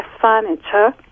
furniture